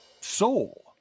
Soul